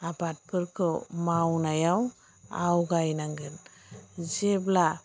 आबादफोरखौ मावनायाव आवगायनांगोन जेब्ला